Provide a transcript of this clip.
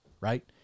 Right